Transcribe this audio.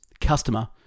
Customer